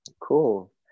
Cool